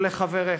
ולחבריך,